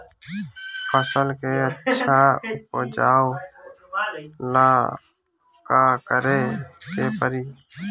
फसल के अच्छा उपजाव ला का करे के परी?